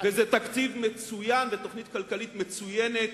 וזה תקציב מצוין ותוכנית כלכלית מצוינת